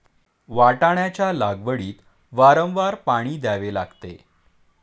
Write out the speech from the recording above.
वाटाण्याच्या लागवडीत वारंवार पाणी द्यावे लागते